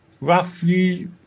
roughly